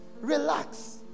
Relax